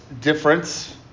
difference